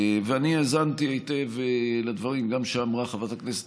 ואני האזנתי היטב גם לדברים שאמרה חברת הכנסת